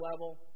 level